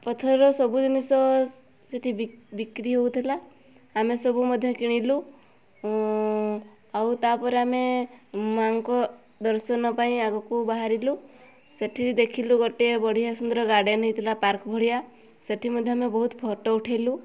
ପଥରର ସବୁ ଜିନିଷ ସେଠି ବିକ୍ରି ହେଉଥିଲା ଆମେ ସବୁ ମଧ୍ୟ କିଣିଲୁ ଆଉ ତା'ପରେ ଆମେ ମାଆଙ୍କ ଦର୍ଶନ ପାଇଁ ଆଗକୁ ବାହାରିଲୁ ସେଥିରେ ଦେଖିଲୁ ଗୋଟିଏ ବଢ଼ିଆ ସୁନ୍ଦର ଗାର୍ଡ଼ନ୍ ହେଇଥିଲା ପାର୍କ ଭଳିଆ ସେଠି ମଧ୍ୟ ଆମେ ବହୁତ ଫଟୋ ଉଠାଇଲୁ